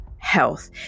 health